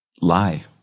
lie